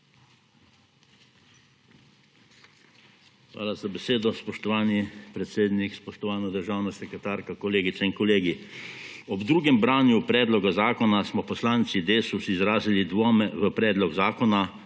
Hvala za besedo, spoštovani predsednik. Spoštovana državna sekretarka, kolegice in kolegi! Ob drugem branju predloga zakona smo poslanci Desusa izrazili dvome v predlog zakona,